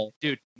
dude